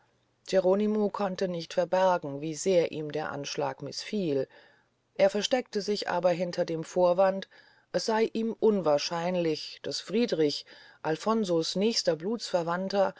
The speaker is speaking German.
geronimo konnte nicht verbergen wie sehr ihm der anschlag misfiel er versteckte sich aber hinter dem vorwand es sey ihm unwahrscheinlich daß friedrich alfonso's nächster blutsverwandter